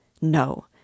No